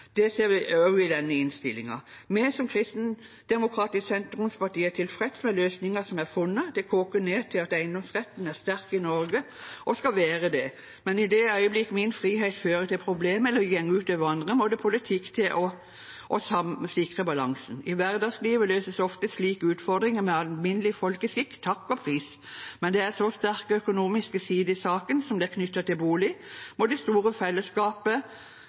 Det ser vi også i denne innstillingen. Vi som kristendemokratisk sentrumsparti er tilfreds med løsningen som er funnet. Det koker ned til at eiendomsretten er sterk i Norge og skal være det, men i det øyeblikk min frihet fører til problemer eller går ut over andre, må det politikk til for å sikre balansen. I hverdagslivet løses ofte slike utfordringer med alminnelig folkeskikk – takk og pris! – men når det er så sterke økonomiske sider i saken som det er knyttet til bolig, må det store fellesskapet